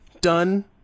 done